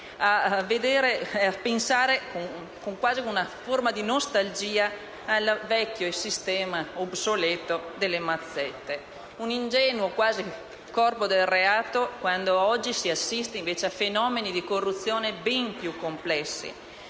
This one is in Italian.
fa pensare quasi con una forma di nostalgia al vecchio sistema obsoleto delle mazzette, un ingenuo corpo del reato, quando oggi si assiste invece a fenomeni di corruzione ben più complessi,